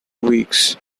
weeks